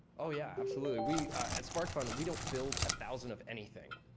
oh, yeah. absolutely. we at sparkfun, we don't build a thousand of anything.